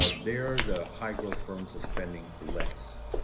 ah there the high-growth firms are spending less.